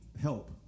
help